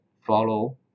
follow